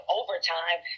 overtime